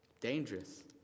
Dangerous